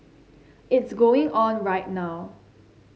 it's going on right now